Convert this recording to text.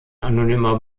anonymer